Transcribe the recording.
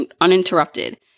uninterrupted